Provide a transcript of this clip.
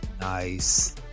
Nice